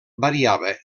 variava